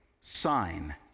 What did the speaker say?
sign